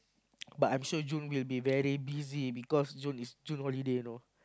but I'm sure June will be very busy because June is June holiday you know